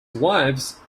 wives